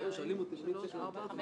הרביזיה על סעיף 80 לא נתקבלה.